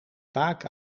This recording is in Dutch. vaak